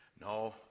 no